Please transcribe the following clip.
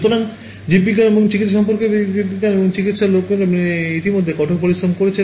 সুতরাং জীববিজ্ঞান এবং চিকিত্সা সম্পর্কিত জীববিজ্ঞান এবং চিকিত্সার লোকেরা ইতিমধ্যে কঠোর পরিশ্রম করেছে